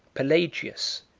pelagius,